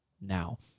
now